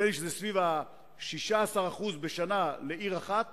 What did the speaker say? נדמה לי שזה סביב 16% בשנה לעיר אחת